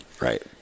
right